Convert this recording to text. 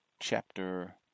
Chapter